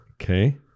Okay